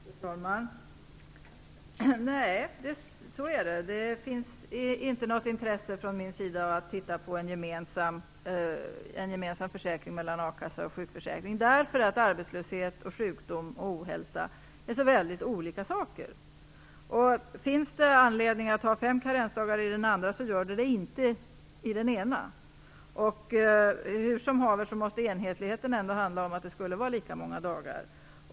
Fru talman! Nej, så är det. Det finns inte något intresse från min sida att titta på en gemensam försäkring för a-kassa och sjukförsäkring därför att arbetslöshet, sjukdom och ohälsa är helt olika saker. Finns det anledning att ha fem karensdagar i den ena försäkringen gör det det inte i den andra. Hur som haver måste enhetligheten ändå handla om att det skulle vara lika många dagar.